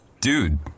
dude